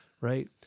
right